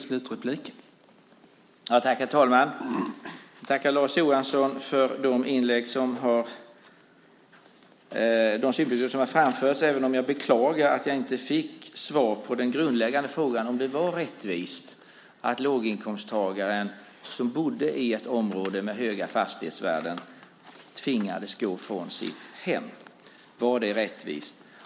Herr talman! Jag tackar Lars Johansson för de synpunkter som har framförts även om jag beklagar att jag inte fick svar på den grundläggande frågan, om det var rättvist att låginkomsttagaren som bodde i ett område med höga fastighetsvärden tvingades gå från sitt hem. Var det rättvist?